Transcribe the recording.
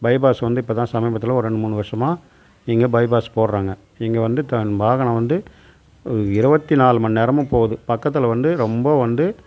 bypass வந்து இப்போ தான் சமீபத்தில் ஒரு ரெண்டு மூணு வருஷமாக இங்கே பைபாஸூ போடுகிறாங்க இங்கே வந்து வாகனம் வந்து இருபத்தி நாலு மண் நேரமும் போகுது பக்கத்தில் வந்து ரொம்ப வந்து